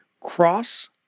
cross